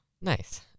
Nice